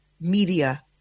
media